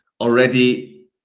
already